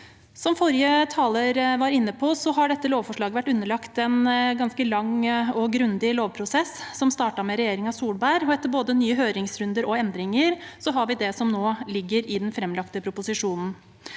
Som forrige taler var inne på, har dette lovforslaget vært underlagt en ganske lang og grundig lovprosess, som startet med regjeringen Solberg. Etter både nye høringsrunder og endringer har vi det som nå ligger i den framlagte proposisjonen,